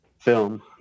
film